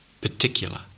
particular